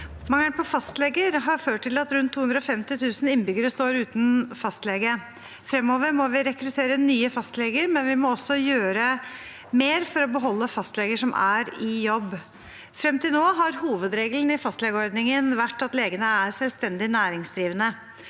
Mangelen på fastleger har ført til at rundt 250 000 innbyggere står uten fastlege. Fremover må vi rekruttere nye fastleger, men vi må også gjøre mer for å beholde fastleger som er i jobb. Frem til nå har hovedregelen i fastlegeordningen vært at legene er selvstendig næringsdrivende.